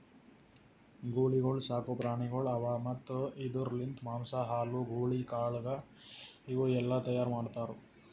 ಗೂಳಿಗೊಳ್ ಸಾಕು ಪ್ರಾಣಿಗೊಳ್ ಅವಾ ಮತ್ತ್ ಇದುರ್ ಲಿಂತ್ ಮಾಂಸ, ಹಾಲು, ಗೂಳಿ ಕಾಳಗ ಇವು ಎಲ್ಲಾ ತೈಯಾರ್ ಮಾಡ್ತಾರ್